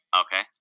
okay